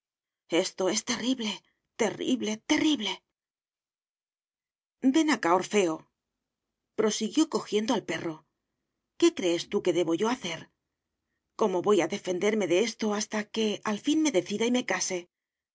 esto es terrible terrible terrible ven acá orfeoprosiguió cojiendo al perro qué crees tú que debo yo hacer cómo voy a defenderme de esto hasta que al fin me decida y me case